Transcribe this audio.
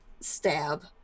stab